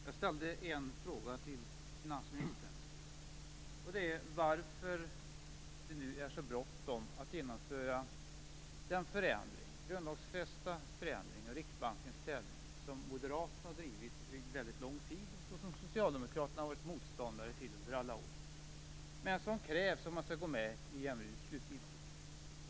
Herr talman! Jag ställde en fråga till finansministern om varför det är så bråttom att genomföra den förändring av grundlagen i fråga om Riksbankens ställning som moderaterna har drivit under lång tid och som socialdemokraterna har varit moståndare till under många år. Det är en förändring som krävs om vi skall gå med i EMU slutgiltigt.